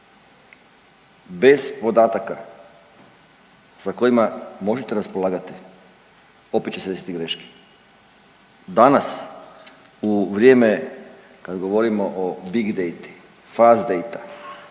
Bez podataka sa kojima možete raspolagati opet će se desiti greške. Danas u vrijeme kad govorimo o Big Data, Fast Data,